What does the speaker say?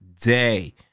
day